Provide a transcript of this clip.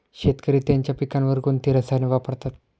शेतकरी त्यांच्या पिकांवर कोणती रसायने वापरतात?